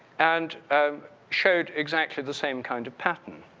and showed exactly the same kind of pattern.